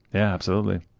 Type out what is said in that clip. yeah absolutely.